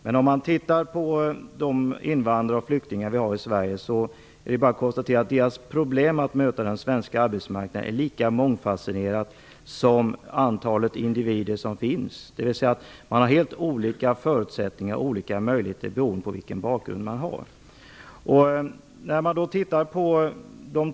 Men om man tittar på de invandrare och flyktingar som vi har i Sverige är det bara att konstatera att deras problem med att möta den svenska arbetsmarknaden är lika mångfasetterad som antalet individer, dvs. man har helt olika förutsättningar och möjligheter beroende på vilken bakgrund man har. Här finns två stora grupper.